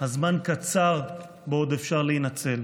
הזמן קצר בו עוד אפשר להינצל.